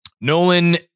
Nolan